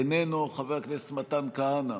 איננו, חבר הכנסת מתן כהנא,